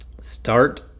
start